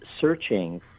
searching